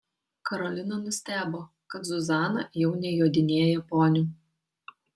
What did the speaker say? karolina nustebo kad zuzana jau nejodinėja poniu